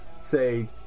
say